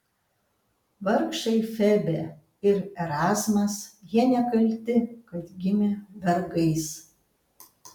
vargšai febė ir erazmas jie nekalti kad gimė vergais